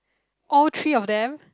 all three of them